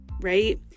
right